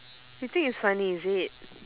you think it's funny is it